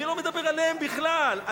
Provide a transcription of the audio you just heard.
לא מדבר עליהם בכלל.